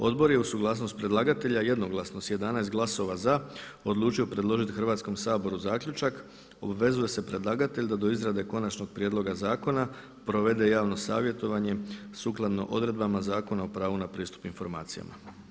Odbor je uz suglasnost predlagatelja jednoglasno s 11 glasova za odlučio predložiti Hrvatskom saboru zaključak: Obvezuje se predlagatelj da do izrade konačnog prijedloga zakona provede javno savjetovanje sukladno odredbama Zakona o pravu na pristup informacijama.